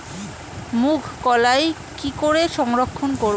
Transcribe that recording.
মুঘ কলাই কি করে সংরক্ষণ করব?